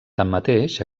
tanmateix